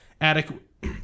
adequate